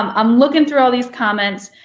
um i'm looking through all these comments,